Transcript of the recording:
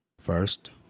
First